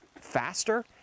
faster